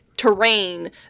Terrain